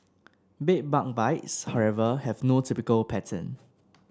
bed bug bites however have no typical pattern